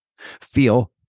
feel